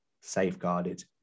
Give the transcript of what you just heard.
safeguarded